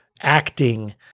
acting